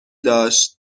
داشت